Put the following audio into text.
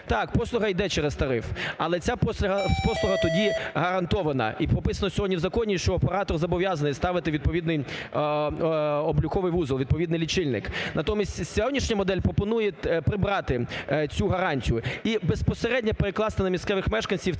Так, послуга йде через тариф, але ця послуга тоді гарантована. І прописано сьогодні в законі, що оператор зобов'язаний ставити відповідний обліковий вузол, відповідний лічильник. Натомість сьогоднішня модель пропонує прибрати цю гарантію і безпосередньо перекласти на місцевих мешканців